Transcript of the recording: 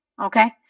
Okay